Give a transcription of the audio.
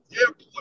airport